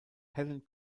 helen